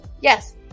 yes